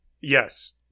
yes